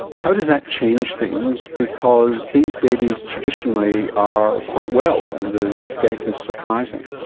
how does that change things? because these babies traditionally are quite well and the death is surprising.